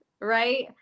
right